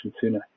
sooner